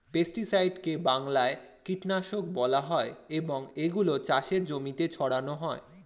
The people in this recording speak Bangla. পেস্টিসাইডকে বাংলায় কীটনাশক বলা হয় এবং এগুলো চাষের জমিতে ছড়ানো হয়